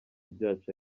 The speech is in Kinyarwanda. byacu